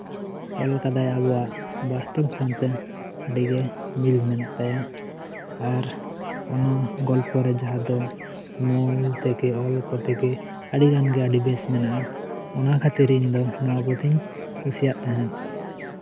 ᱚᱞ ᱠᱟᱫᱟᱭ ᱵᱟᱥᱛᱚᱵ ᱥᱟᱶᱛᱮ ᱟᱰᱤᱜᱮ ᱢᱤᱞ ᱢᱮᱱᱟᱜ ᱛᱟᱭᱟ ᱟᱨ ᱚᱱᱟ ᱜᱚᱞᱯᱷᱚ ᱨᱮ ᱡᱟᱦᱟᱸ ᱫᱚ ᱢᱩᱞ ᱛᱮᱜᱮ ᱚᱞ ᱠᱚᱛᱮᱜᱮ ᱟᱹᱰᱤᱜᱟᱱ ᱜᱮ ᱵᱮᱥ ᱢᱮᱱᱟᱜᱼᱟ ᱚᱱᱟ ᱠᱷᱟᱹᱛᱤᱨ ᱤᱧ ᱫᱚ ᱱᱚᱣᱟ ᱯᱩᱛᱷᱤᱧ ᱠᱩᱥᱤᱭᱟᱜ ᱛᱟᱦᱮᱸᱜ